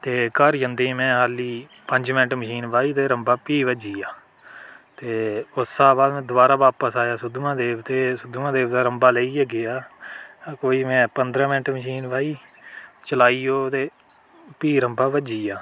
ते घर जंदे ही में अल्ली पंज मैंट्ट मशीन बाही ते रम्बा फ्ही भज्जी गेआ ते उस्सै बाद में दबारा बापस आया सुद्ध महादेव ते सुद्ध महादेव दा रम्बा लेइयै गेआ कोई में पंदरां मैंट्ट मशीन बाही चलाई ओह् ते फ्ही रम्बा भज्जी गेआ